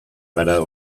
gara